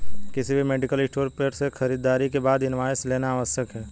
किसी भी medical store पर से खरीदारी के बाद इनवॉइस लेना आवश्यक है